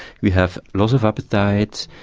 we have loss of appetite,